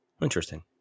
Interesting